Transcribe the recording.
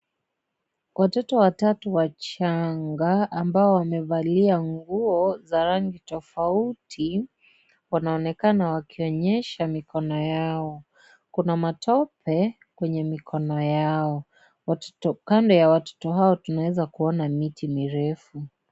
Watoto watatu wachanga, ambao wamevalia nguo za rangi tofauti, wanaonekana wakionyesha mikono yao. Kuna matope kwenye mikono yao. Kando ya watoto hao, tunaweza kuona miti mirefu.